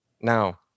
Now